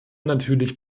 natürlich